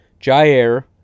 Jair